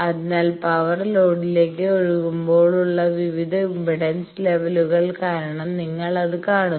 അതിനാൽ പവർ ലോഡിലേക്ക് ഒഴുകുമ്പോളുള്ള വിവിധ ഇംപെഡൻസ് ലെവലുകൾ കാരണം നിങ്ങൾ അത് കാണുന്നു